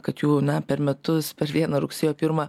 kad jų na per metus per vieną rugsėjo pirmą